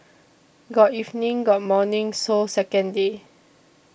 got evening got morning so second day